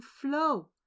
flow